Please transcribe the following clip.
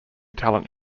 talent